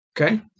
okay